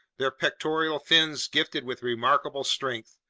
their pectoral fins gifted with remarkable strength,